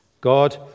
God